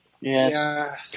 Yes